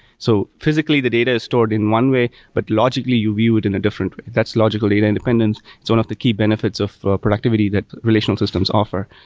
so, physically, the data is stored in one way, but logically you view it in a different way. that's logical data independence. it's one of the key benefits of productivity that relational systems offer.